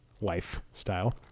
lifestyle